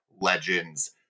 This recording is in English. legends